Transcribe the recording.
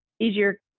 easier